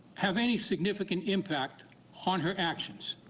have any significant impact on her actions.